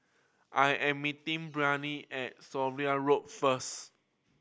I am meeting Brien at Sommerville Road first